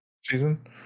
season